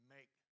Make